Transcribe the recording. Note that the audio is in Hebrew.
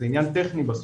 זה עניין טכני בסוף.